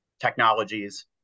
technologies